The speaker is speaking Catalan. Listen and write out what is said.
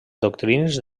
doctrines